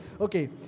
Okay